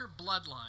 bloodline